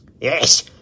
Yes